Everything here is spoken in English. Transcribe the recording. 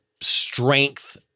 strength